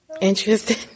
Interesting